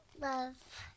Love